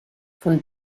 von